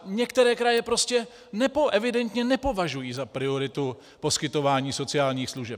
Některé kraje prostě evidentně nepovažují za prioritu poskytování sociálních služeb.